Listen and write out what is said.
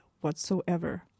whatsoever